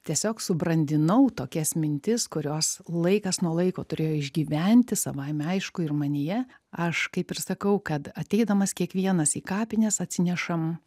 tiesiog subrandinau tokias mintis kurios laikas nuo laiko turėjo išgyventi savaime aišku ir manyje aš kaip ir sakau kad ateidamas kiekvienas į kapines atsinešam